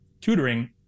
tutoring